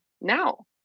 now